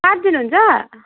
साटिदिनुहुन्छ